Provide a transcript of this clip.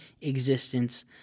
existence